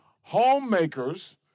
homemakers